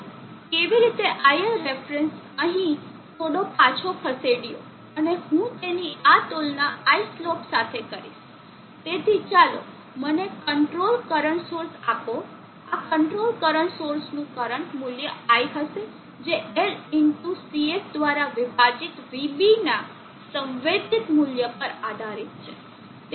ચાલો કેવી રીતે iLref અહીં થોડો પાછો ખસેડ્યો અને હું તેની આ તુલના I સ્લોપ સાથે કરીશ તેથી ચાલો મને કંટ્રોલ કરંટ સોર્સ આપો આ કંટ્રોલ કરંટ સોર્સનું કરંટ મૂલ્ય I હશે જે L CS દ્વારા વિભાજિત vB ના સંવેદિત મૂલ્ય પર આધારિત છે